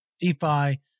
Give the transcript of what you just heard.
DeFi